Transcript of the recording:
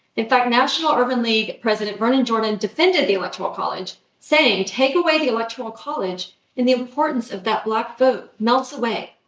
in fact, national urban league president vernon jordan defended the electoral college saying, take away the electoral college and the importance of that black vote melts away.